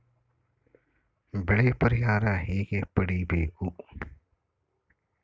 ಬೆಳೆ ಪರಿಹಾರ ಹೇಗೆ ಪಡಿಬೇಕು?